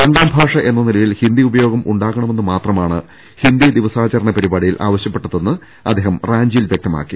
രണ്ടാം ഭാഷ എന്ന നിലയിൽ ഹിന്ദി ഉപയോഗം ഉണ്ടാകണമെന്ന് മാത്രമാണ് ഹിന്ദി ദിവസാചരണ പരിപാടിയിൽ ആവശ്യപ്പെട്ടതെന്ന് അദ്ദേഹം റാഞ്ചി യിൽ വൃക്തമാക്കി